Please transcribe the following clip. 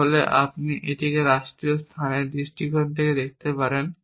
তাহলে আপনি এটিকে রাষ্ট্রীয় স্থানের দৃষ্টিকোণ থেকে দেখতে পারেন